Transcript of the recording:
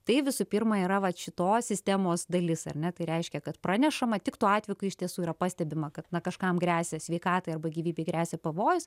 tai visų pirma yra vat šitos sistemos dalis ar ne tai reiškia kad pranešama tik tuo atveju kai iš tiesų yra pastebima kad kažkam gresia sveikatai arba gyvybei gresia pavojus